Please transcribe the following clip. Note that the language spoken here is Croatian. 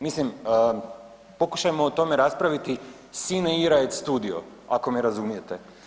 Mislim pokušajmo o tome raspraviti sine ira et studio ako me razumijete.